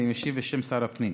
אני משיב בשם שר הפנים.